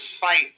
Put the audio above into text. fight